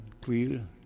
clear